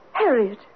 Harriet